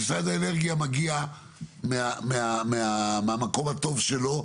משרד האנרגיה מגיע מהמקום הטוב שלו,